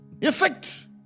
effect